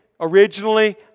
Originally